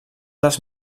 dels